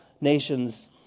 nations